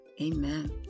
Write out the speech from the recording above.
Amen